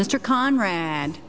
mr conrad